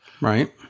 Right